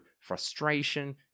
frustration